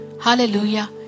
Hallelujah